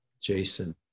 Jason